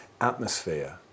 atmosphere